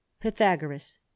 Pythagoras